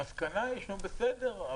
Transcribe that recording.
המסקנה היא בסדר,